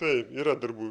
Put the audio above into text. taip yra darbų